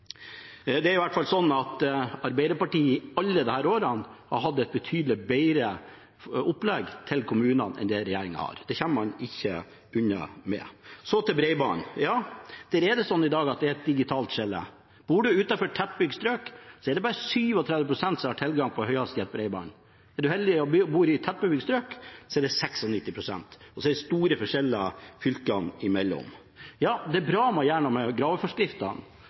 Det er i hvert fall sånn at Arbeiderpartiet har i alle disse årene hatt et betydelig bedre opplegg til kommunene enn det regjeringen har. Det kommer man ikke unna med. Så til bredbånd: Ja, det er sånn i dag at det er et digitalt skille. Bor man utenfor tettbygd strøk, er det bare 37 pst. som har tilgang på høyhastighetsbredbånd. Er man heldig og bor i tettbygd strøk, er det 96 pst. Og så er det store forskjeller fylkene imellom. Ja, det er bra man gjør noe med graveforskriftene,